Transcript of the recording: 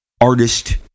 artist